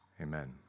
Amen